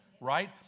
right